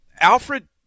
Alfred